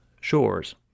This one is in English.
Shores